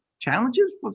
challenges